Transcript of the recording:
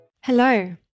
Hello